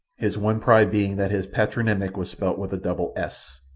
his one pride being that his patronymic was spelt with a double s.